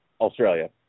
Australia